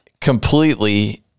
completely